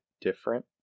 different